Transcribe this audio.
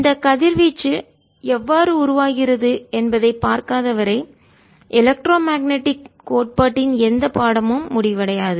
இந்த கதிர்வீச்சு எவ்வாறு உருவாகிறது என்பதைப் பார்க்காதவரை எலக்ட்ரோ மேக்னடிக்மின்காந்த அலைகள் கோட்பாட்டின் எந்தப் பாடமும் முடிவடையாது